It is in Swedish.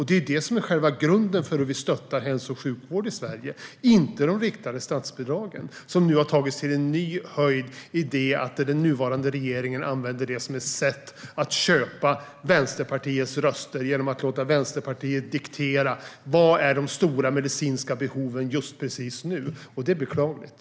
Det är detta som är själva grunden för hur vi stöttar hälso och sjukvård i Sverige, inte de riktade statsbidragen - som nu har tagits till en ny höjd i det att den nuvarande regeringen använder dem som ett sätt att köpa Vänsterpartiets röster genom att låta Vänsterpartiet diktera vad som är de stora medicinska behoven just precis nu. Det är beklagligt.